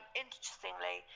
interestingly